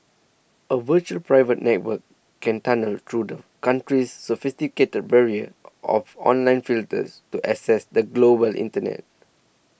a virtual private network can tunnel through the country's sophisticated barrier of online filters to access the global internet